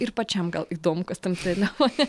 ir pačiam gal įdomu kas tam telefone